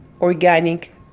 organic